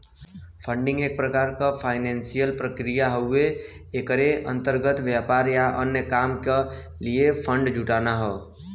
funding एक financial प्रक्रिया हउवे एकरे अंतर्गत व्यापार या अन्य काम क लिए फण्ड जुटाना हौ